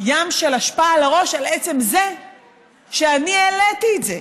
ים של אשפה על הראש על עצם זה שאני העליתי את זה.